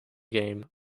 game